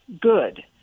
good